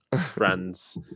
friend's